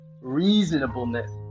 reasonableness